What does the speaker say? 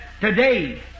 today